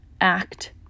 act